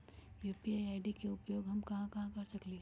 UPI ID के उपयोग हम कहां कहां कर सकली ह?